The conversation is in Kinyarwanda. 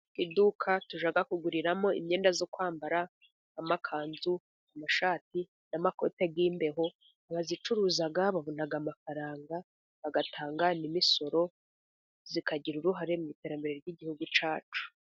Iduka tujya kuguriramo imyenda yo kwambara amakanzu, amashati n'amakote y'imbeho abayicuruza, babona amafaranga ,bagatanga nimisoro , ikagira uruhare mu iterambere ry'igihugu cyacu.